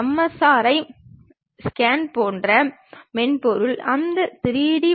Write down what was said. முழு உளக்காட்சி வரைபடத்தை பொறுத்தவரை நம் கண்கள் உணர்ந்ததைப் போலவே பொருள் தோன்றுகிறது